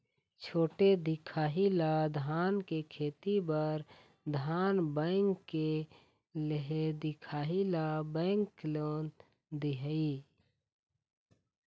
छोटे दिखाही ला धान के खेती बर धन बैंक ले दिखाही ला बैंक लोन दिही?